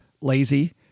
lazy